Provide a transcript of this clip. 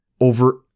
over